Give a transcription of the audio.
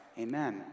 amen